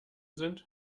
sind